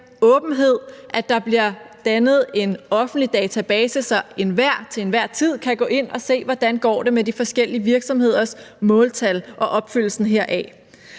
at der bliver dannet en offentlig database, så enhver til enhver tid kan gå ind og se, hvordan det går med de forskellige virksomheders måltal og opfyldelsen heraf.